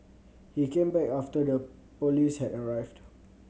he came back after the police had arrived